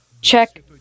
check